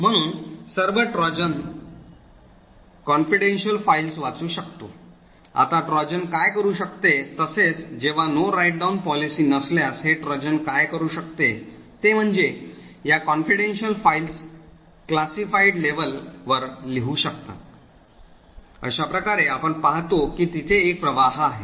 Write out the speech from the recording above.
म्हणून ट्रोजन सर्व confidential files वाचू शकतो आता ट्रोजन काय करू शकते तसेच जेव्हा No Write Down policy नसल्यास हे ट्रोजन काय करू शकते ते म्हणजे या confidential फाइल्स वर्गीकृत स्तरावर लिहू शकतात अशा प्रकारे आपण पाहतो की तिथे एक प्रवाह आहे